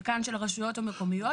בחלקן של הרשויות המקומיות,